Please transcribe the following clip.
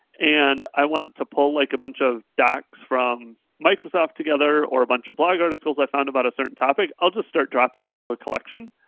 and i want to pull like a bunch of docs from microsoft together or a bunch of blog articles, i found about a certain topic. i'll just start dropping them into a collection.